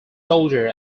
soldier